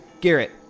Garrett